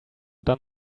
done